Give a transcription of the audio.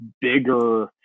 bigger